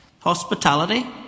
hospitality